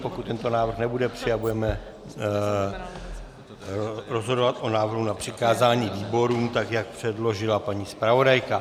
Pokud tento návrh nebude přijat, budeme rozhodovat o návrhu na přikázání výborům, tak jak předložila paní zpravodajka.